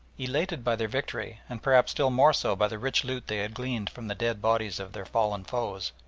elated by their victory, and perhaps still more so by the rich loot they had gleaned from the dead bodies of their fallen foes,